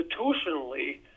institutionally